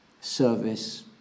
service